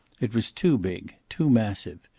it was too big, too massive.